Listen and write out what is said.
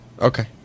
Okay